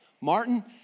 Martin